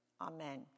Amen